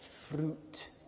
fruit